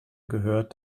gehört